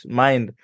mind